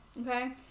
okay